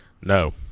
No